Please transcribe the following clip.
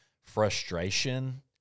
frustration